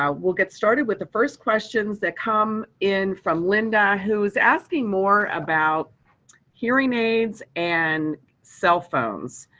um we'll get started with the first questions that come in from linda, who is asking more about hearing aids and cell phones.